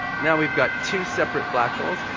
now we've got two separate black holes.